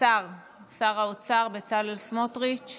שר האוצר בצלאל סמוטריץ'.